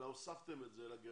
אלא הוספתם את זה לגירעון,